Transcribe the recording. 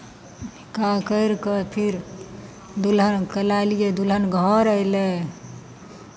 निकाह करि कऽ फेर दुलहनकेँ लेलियै दुलहन घर अयलै